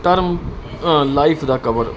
term life ਦਾ cover